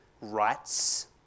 rights